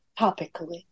topically